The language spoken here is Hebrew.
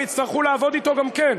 הם יצטרכו לעבוד אתו גם כן.